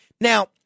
Now